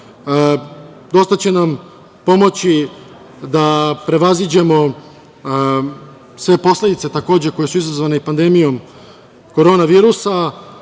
Dosta će nam pomoći da prevaziđemo sve posledice koje su izazvane pandemijom korona virusa,